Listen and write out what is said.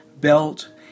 belt